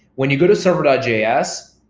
when you go to server ah js,